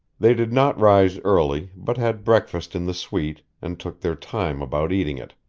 they did not rise early, but had breakfast in the suite and took their time about eating it.